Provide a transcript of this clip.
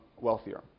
wealthier